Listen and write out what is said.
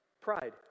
Pride